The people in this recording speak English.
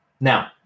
Now